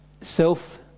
self